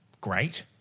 great